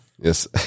Yes